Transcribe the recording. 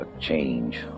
change